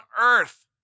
earth